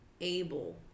able